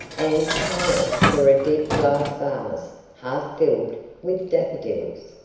and tarling saw a deep glass vase half filled with daffodils.